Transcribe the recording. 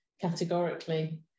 categorically